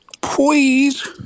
Please